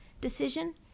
decision